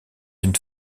une